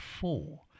four